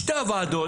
שתי הוועדות